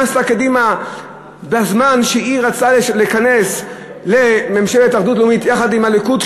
מה עשתה קדימה כשרצתה להיכנס לממשלת אחדות לאומית עם הליכוד?